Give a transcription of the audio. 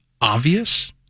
obvious